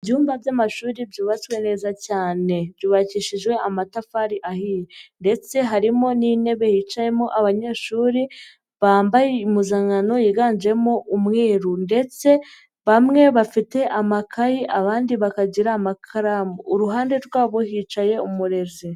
Ibyumba by'amashuri byubatswe neza cyane, byubakishijwe amatafari ahiye ndetse harimo n'intebe yicayemo abanyeshuri, bambaye impuzankano yiganjemo umweru ndetse bamwe bafite amakayi abandi bakagira amakaramu, uruhande rwabo hicaye umurezi.